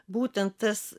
būtent tas